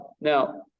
now